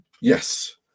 Yes